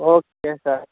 okay sir